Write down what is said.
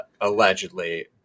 allegedly